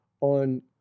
on